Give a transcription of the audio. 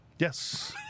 Yes